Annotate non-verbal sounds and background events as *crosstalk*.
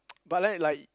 *noise* but that like